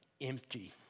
empty